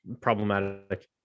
problematic